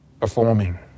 performing